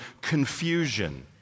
confusion